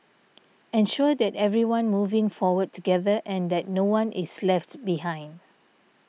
ensure that everyone moving forward together and that no one is left behind